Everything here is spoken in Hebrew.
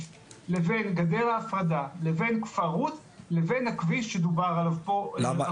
לבין גדר ההפרדה לבין כפר רות לבין הכביש שדובר עליו פה --- למה,